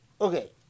Okay